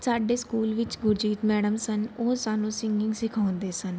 ਸਾਡੇ ਸਕੂਲ ਵਿੱਚ ਗੁਰਜੀਤ ਮੈਡਮ ਸਨ ਉਹ ਸਾਨੂੰ ਸਿੰਗਿੰਗ ਸਿਖਾਉਂਦੇ ਸਨ